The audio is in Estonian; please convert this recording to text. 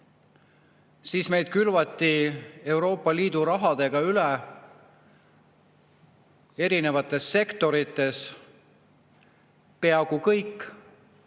siis meid külvati Euroopa Liidu rahaga üle eri sektorites. Peaaegu kõik